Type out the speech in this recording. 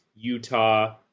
Utah